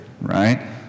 right